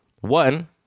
one